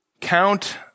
Count